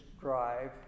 drive